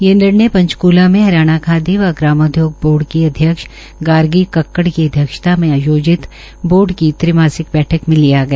ये निर्णय पंचक्ला में खादी व ग्रामोधोग बोर्ड की अध्यक्षता गार्गी कक्कड़ की अध्यक्षता में आयोजित बोर्ड की त्रिमासिक बैठक में लिया गया